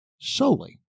solely